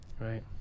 right